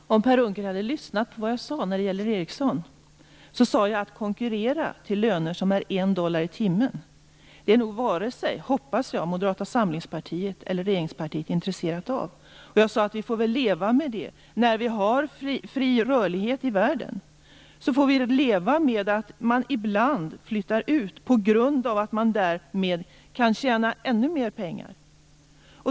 Fru talman! Om Per Unckel hade lyssnat på vad jag sade när det gäller Ericsson hade han hört att jag hoppas att varken Moderata samlingspartiet eller regeringspartiet är intresserat av att vi skall konkurrera med löner på en dollar i timmen. Jag sade att vi får leva med det när vi har fri rörlighet i världen. Vi får leva med att företagen ibland flyttar ut på grund av att de därmed kan tjäna ännu mer pengar.